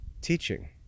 teaching